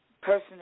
person